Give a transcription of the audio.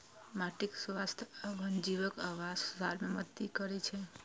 माटिक स्वास्थ्य आ वन्यजीवक आवास सुधार मे मदति करै छै